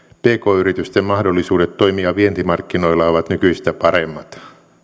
pk yritysten mahdollisuudet toimia vientimarkkinoilla ovat nykyistä paremmat